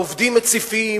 העובדים מציפים,